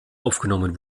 aufgenommen